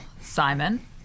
Simon